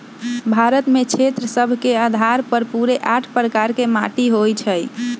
भारत में क्षेत्र सभ के अधार पर पूरे आठ प्रकार के माटि होइ छइ